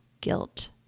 guilt